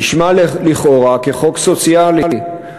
נשמע לכאורה כחוק סוציאלי,